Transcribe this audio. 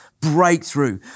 breakthrough